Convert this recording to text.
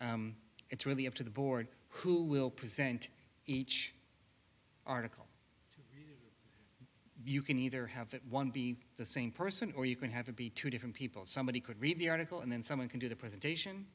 it's really up to the board who will present each article you can either have it one be the same person or you can have to be two different people somebody could read the article and then someone can do the presentation